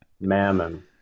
Mammon